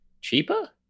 cheaper